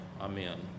amen